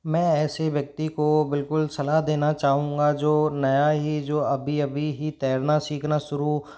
मैं ऐसे व्यक्ति को बिल्कुल सलाह देना चाहूँगा जो नया ही जो अभी अभी ही तैरना सीखना शुरू